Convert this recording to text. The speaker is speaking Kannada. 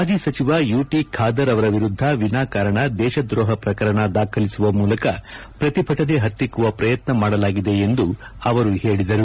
ಮಾಜಿ ಸಚಿವ ಯುಟಿ ಖಾದರ್ ಅವರ ವಿರುದ್ದ ವಿನಾಕಾರಣ ದೇಶದ್ರೋಹ ಪ್ರಕರಣ ದಾಖಲಿಸುವ ಮೂಲಕ ಪ್ರತಿಭಟನೆ ಪತ್ತಿಕ್ಕುವ ಪ್ರಯತ್ನ ಮಾಡಲಾಗಿದೆ ಎಂದು ಅವರು ಹೇಳಿದರು